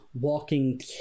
walking